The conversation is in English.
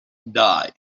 dye